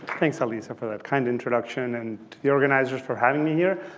thanks, alyssa, for that kind introduction and the organizers for having me here.